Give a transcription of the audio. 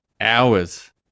Hours